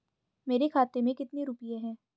मेरे खाते में कितने रुपये हैं?